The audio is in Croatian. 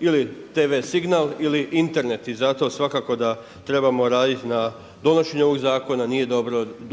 ili TV signal ili Internet. I zato svakako da trebamo raditi na donošenju ovog zakona,